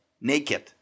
naked